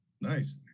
Nice